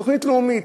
תוכנית לאומית.